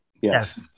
Yes